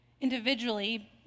Individually